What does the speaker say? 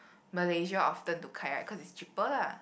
Malaysia often to kayak cause is cheaper lah